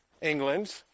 England